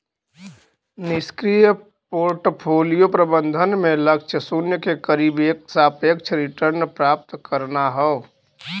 निष्क्रिय पोर्टफोलियो प्रबंधन में लक्ष्य शून्य के करीब एक सापेक्ष रिटर्न प्राप्त करना हौ